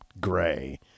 gray